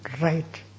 right